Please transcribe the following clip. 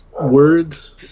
words